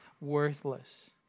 Worthless